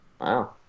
Wow